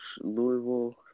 Louisville